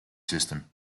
system